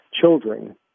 children